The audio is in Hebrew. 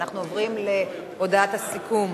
ואנחנו עוברים להודעת הסיכום